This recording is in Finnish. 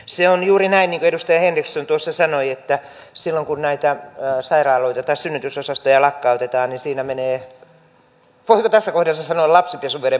se on juuri näin niin kuin edustaja henriksson tuossa sanoi että silloin kun näitä synnytysosastoja lakkautetaan niin siinä menee voisiko tässä kohdassa sanoa lapsi pesuveden mukana